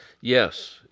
Yes